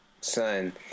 Son